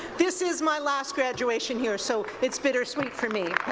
this is my last graduation here, so it's bitter sweet for me.